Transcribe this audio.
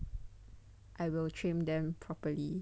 err I will train them properly